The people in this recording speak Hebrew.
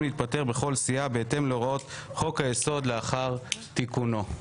להתפטר בכל סיעה בהתאם להוראות חוק היסוד לאחר תיקונו.